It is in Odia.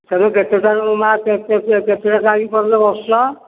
ତୁମେ କେତେଟାରୁ ମାଁ କେତେ ଟାଇମ୍ ପର୍ଯ୍ୟନ୍ତ ବସୁଛ